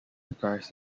surprised